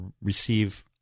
receive